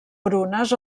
brunes